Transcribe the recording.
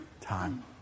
time